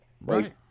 Right